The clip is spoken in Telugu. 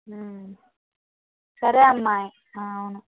సరే అమ్మా అవును